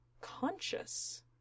conscious